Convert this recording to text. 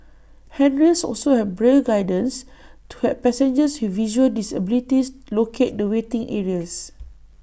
handrails also have braille guidance to help passengers with visual disabilities locate the waiting areas